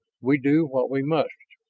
we do what we must.